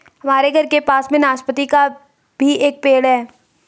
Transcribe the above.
हमारे घर के पास में नाशपती का भी एक पेड़ है